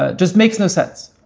ah just makes no sense.